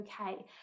okay